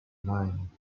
line